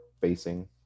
facing